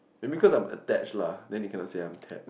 maybe because I'm attached lah then they cannot say I'm